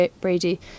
Brady